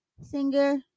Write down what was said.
singer